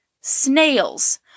snails